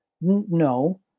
No